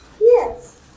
Yes